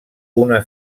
una